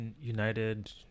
United